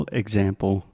example